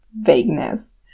vagueness